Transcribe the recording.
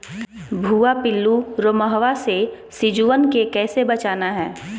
भुवा पिल्लु, रोमहवा से सिजुवन के कैसे बचाना है?